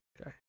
Okay